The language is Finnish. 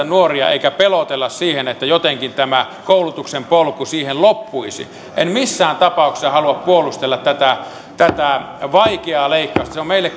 nuoria eikä pelotella sillä että jotenkin tämä koulutuksen polku siihen loppuisi en missään tapauksessa halua puolustella tätä tätä vaikeaa leikkausta se on meille